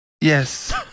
Yes